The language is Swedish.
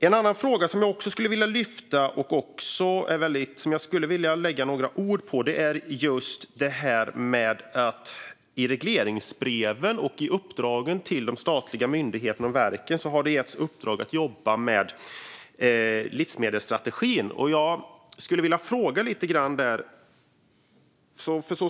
En annan fråga som jag också skulle vilja lägga några ord på är att man i regleringsbrev och instruktioner till statliga myndigheter och verk har gett uppdrag att arbeta med livsmedelsstrategin. Jag skulle vilja fråga lite grann om detta.